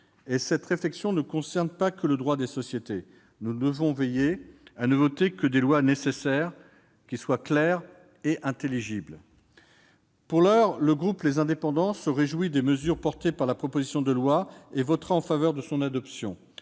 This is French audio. Et cette réflexion ne concerne pas que le droit des sociétés. Nous devons veiller à n'adopter que des lois nécessaires, claires et intelligibles. Pour l'heure, le groupe Les Indépendants se réjouit des mesures figurant dans la proposition de loi et votera en faveur de l'adoption